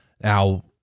Now